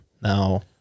Now